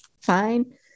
fine